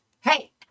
hey